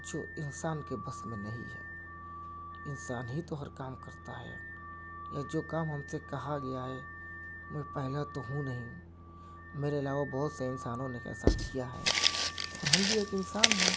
جو انسان کے بس میں نہیں ہے انسان ہی تو ہر کام کرتا ہے یا جو کام ہم سے کہا گیا ہے میں پہلا تو ہوں نہیں میرے علاوہ بہت سے انسانوں نے ایسا کیا ہے اور ہم بھی ایک انسان ہیں